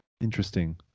Interesting